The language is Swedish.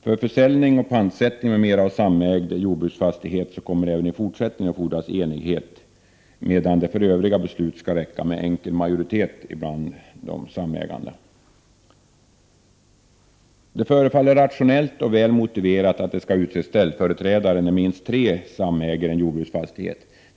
För försäljning och pantsättning av samägd jordruksfastighet kommer det även i fortsättningen att fordras enighet, medan et för övriga beslut skall räcka med enkel majoritet bland de samägande. Det förefaller rationellt och väl motiverat att det skall utses ställföreträda Je när minst tre samäger en jordbruksfastighet.